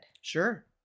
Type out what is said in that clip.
sure